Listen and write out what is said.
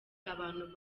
abantu